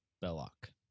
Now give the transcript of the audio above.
Belloc